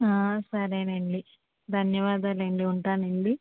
సరేనండి ధన్యవాదాలండి ఉంటానండి